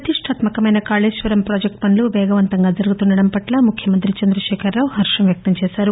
ప్రతిష్టాత్మ కమైన కాళేశ్వరం ప్రాజెక్లు పనులు పేగవంతంగా జరుగుతుండడం పట్ల ముఖ్యమంత్రి చంద్రశేఖర్ రావు హర్షం వ్యక్తం చేశారు